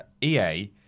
EA